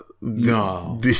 No